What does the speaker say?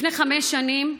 לפני חמש שנים,